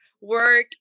work